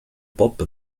pop